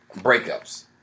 Breakups